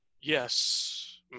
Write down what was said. Yes